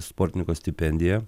sportininko stipendiją